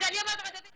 אז אני אומרת לך דוד,